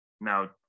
now